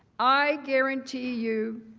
i guarantee you,